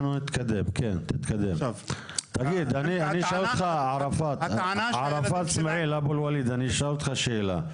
--- אני אשאל אותך שאלה.